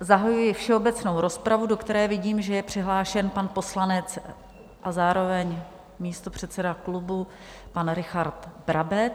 Zahajuji všeobecnou rozpravu, do které vidím, že je přihlášen pan poslanec a zároveň místopředseda klubu pan Richard Brabec.